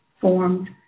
formed